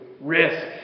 risk